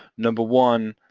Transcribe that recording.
number one,